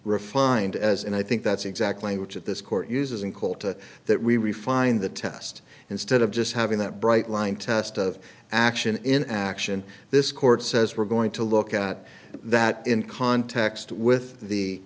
refined as and i think that's exactly which at this court uses in call to that we refine the test instead of just having that bright line test of action in action this court says we're going to look at that in context with the